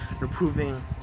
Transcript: improving